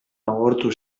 agortu